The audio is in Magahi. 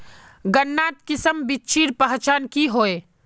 गन्नात किसम बिच्चिर पहचान की होय?